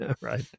right